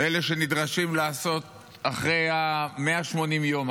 אלה שנדרשים לעשות אחרי 180 יום,